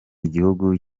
igihugu